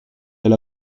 elle